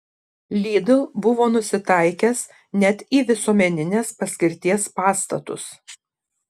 lidl buvo nusitaikęs net į visuomeninės paskirties pastatus